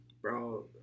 Bro